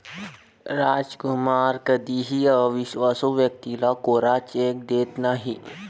रामकुमार कधीही अविश्वासू व्यक्तीला कोरा चेक देत नाही